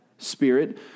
spirit